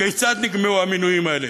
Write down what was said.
כיצד נקבעו המינויים האלה?